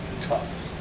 tough